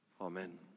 Amen